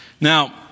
Now